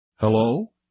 Hello